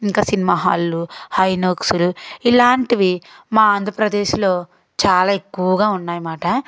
ఇంకా సినిమా హాల్లు హైనాక్స్లు ఇలాంటివి మా ఆంధ్రప్రదేశ్లో చాలా ఎక్కువగా ఉన్నాయన్నమాట